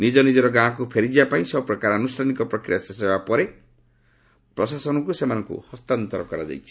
ନିଜ ନିଜ ଗାଁକୁ ଫେରିଯିବା ପାଇଁ ସବୁ ପ୍ରକାର ଆନୁଷ୍ଠାନିକ ପ୍ରକ୍ରିୟା ଶେଷ ହେବା ପରେ ପ୍ରଶାସନକୁ ସେମାନଙ୍କୁ ହସ୍ତାନ୍ତର କରାଯାଇଛି